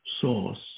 source